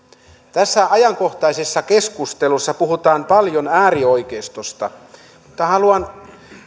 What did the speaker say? tässä ajankohtaisessa keskustelussa puhutaan paljon äärioikeistosta mutta haluan